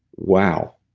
wow,